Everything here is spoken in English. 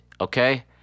Okay